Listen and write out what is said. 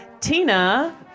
Tina